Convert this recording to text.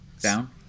down